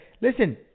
listen